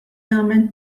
jagħmel